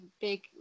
big